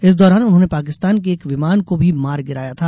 इस दौरान उन्होंने पाकिस्तान के एक विमान को भी मार गिराया था